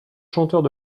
chanteurs